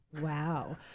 Wow